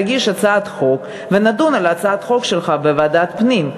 תגיש הצעת חוק ונדון בהצעת החוק שלך בוועדת הפנים.